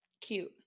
cute